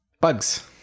Bugs